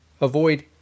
avoid